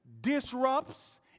disrupts